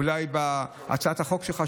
אולי בהצעת החוק שלך,